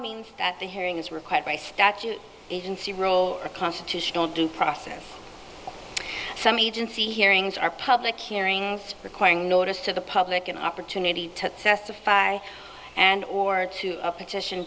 means that the hearing is required by statute agency rule or constitutional due process some agency hearings are public hearings requiring notice to the public an opportunity to testify and or to a petition